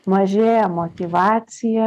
mažėja motyvacija